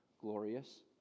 glorious